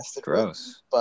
gross